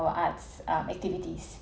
for arts um activities